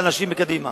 לאנשים מקדימה.